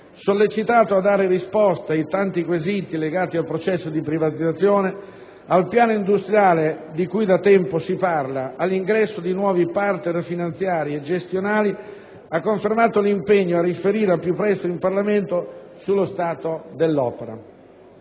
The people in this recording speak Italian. sollecitato a dare risposta ai tanti quesiti legati al processo di privatizzazione, al piano industriale di cui da tempo si parla, all'ingresso di nuovi partner finanziari e gestionali, ha confermato l'impegno a riferire al più presto in Parlamento sullo stato dell'opera.